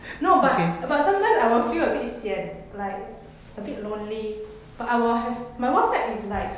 no but but sometimes I will feel a bit sian like a bit lonely but I will have my whatsapp is like